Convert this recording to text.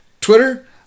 Twitter